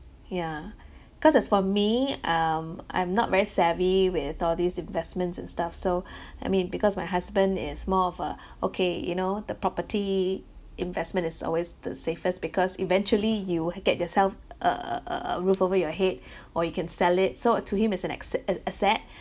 ya cause as for me um I'm not very savvy with all these investments and stuff so I mean because my husband is more of a okay you know the property investment is always the safest because eventually you get yourself a a a a roof over your head or you can sell it so to him it's an asse~ an asset